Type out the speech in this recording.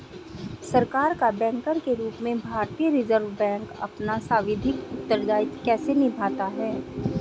सरकार का बैंकर के रूप में भारतीय रिज़र्व बैंक अपना सांविधिक उत्तरदायित्व कैसे निभाता है?